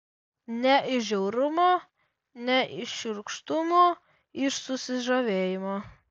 ne iš žiaurumo ne iš šiurkštumo iš susižavėjimo